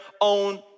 own